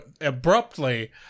abruptly